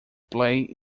play